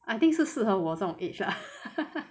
I think 是适合我这种 age lah